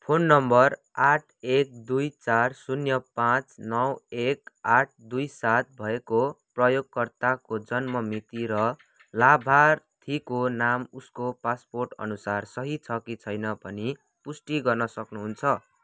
phone number आठ एक दुई चार शून्य पाचँ नौ एक आठ दुई सात भएको प्रयोगकर्ताको जन्म मिति र लाभार्थीको नाम उसको पासपोर्ट अनुसार सही छ कि छैन भनी पुष्टि गर्न सक्नुहुन्छ